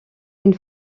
une